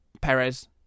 Perez